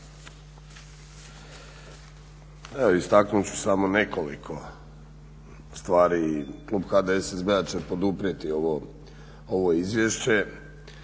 Evo istaknut ću samo nekoliko stvari i klub HDSSB-a će poduprijeti ovo izvješće.